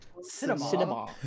Cinema